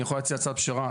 אני יכול להציע הצעת פשרה?